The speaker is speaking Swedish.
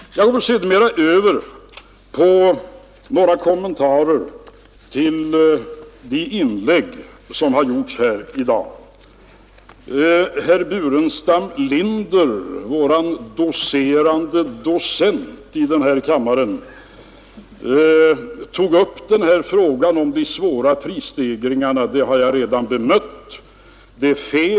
Jag går sedan över till några kommentarer till de inlägg som har gjorts här i dag. Herr Burenstam Linder, vår docerande docent i den här kammaren, tog upp frågan om de svåra prisstegringarna. Jag har redan bemött det han sade.